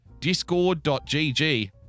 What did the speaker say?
discord.gg